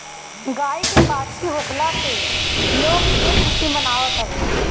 गाई के बाछी होखला पे लोग ढेर खुशी मनावत हवे